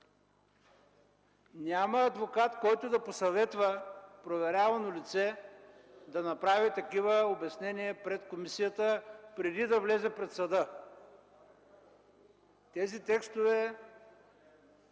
Няма адвокат, който да посъветва проверявано лице да направи такива обяснения пред комисията преди да влезе пред съда. Тези текстове